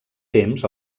temps